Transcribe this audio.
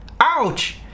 Ouch